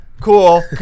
Cool